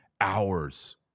hours